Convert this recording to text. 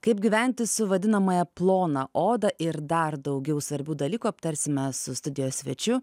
kaip gyventi su vadinamąja plona oda ir dar daugiau svarbių dalykų aptarsime su studijos svečiu